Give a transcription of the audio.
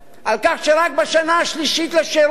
על כך שרק בשנה השלישית לשירות